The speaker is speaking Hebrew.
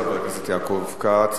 חבר הכנסת יעקב כץ.